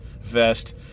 vest